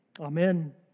Amen